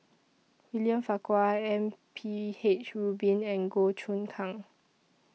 William Farquhar M P H Rubin and Goh Choon Kang